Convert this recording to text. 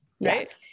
right